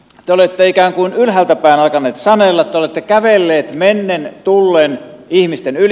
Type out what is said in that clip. te olette ikään kuin ylhäältäpäin alkanut sanella te olette kävellyt mennen tullen ihmisten yli